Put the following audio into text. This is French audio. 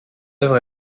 œuvre